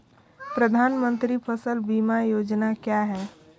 प्रधानमंत्री फसल बीमा योजना क्या है?